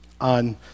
on